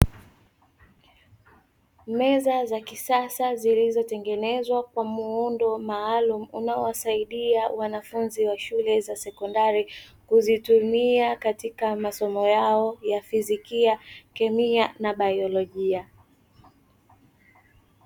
Meza za kisasa zilizotengenezwa kwa muundo maalumu unaowasaidia wanafunzi wa shule za sekondari kuzitumia katika masomo yao ya fizikia, kemia, na baiolojia.